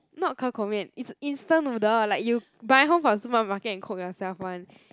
not Ke-Kou-Mian is instant noodle like you buy home from supermarket and cook yourself [one]